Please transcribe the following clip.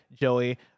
Joey